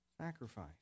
Sacrifice